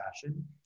fashion